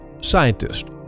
scientist